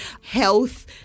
health